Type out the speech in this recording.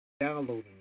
downloading